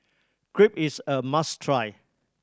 crepe is a must try